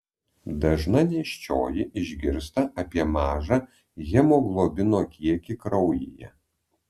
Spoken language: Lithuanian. dažna nėščioji išgirsta apie mažą hemoglobino kiekį kraujyje